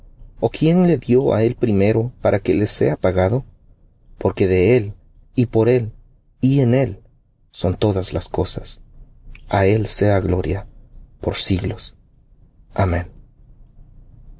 o quién le dió á él primero para que le sea pagado porque de él y por él y en él son todas las cosas a él sea gloria por siglos amén